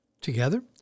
Together